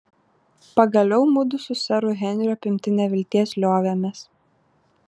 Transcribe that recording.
pagaliau mudu su seru henriu apimti nevilties liovėmės